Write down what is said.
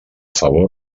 favor